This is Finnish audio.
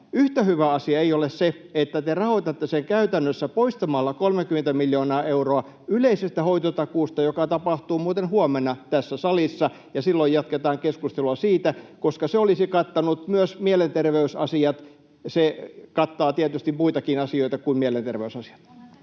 yhtä hyvä asia ei ole se, että te rahoitatte sen käytännössä poistamalla 30 miljoonaa euroa yleisestä hoitotakuusta, mikä tapahtuu muuten huomenna tässä salissa, ja silloin jatketaan keskustelua siitä, koska se olisi kattanut myös mielenterveysasiat ja se kattaa tietysti muitakin asioita kuin mielenterveysasiat.